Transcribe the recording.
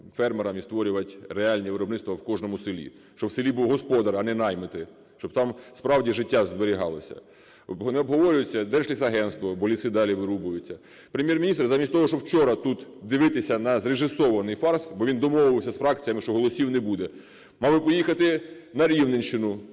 фермерам і створювати реальне виробництво в кожному селі, щоб в селі був господар, а не наймити, щоб там, справді, життя зберігалося. Не обговорюється Держлісагентство, бо ліси далі вирубуються. Прем'єр-міністр замість того, щоб вчора тут дивитися на зрежисований фарс, бо він домовився з фракціями, що голосів не буде, мав би поїхати на Рівненщину,